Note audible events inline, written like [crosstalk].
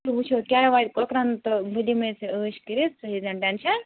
[unintelligible] وُچھو کیٛاہ وَنہِ کۄکرَن تہٕ بہٕ دِمٔے ژےٚ ٲش کٔرِتھ ژٕ ہیٚیہِ زِ نہٕ ٹیٚنشَن